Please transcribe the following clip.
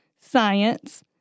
science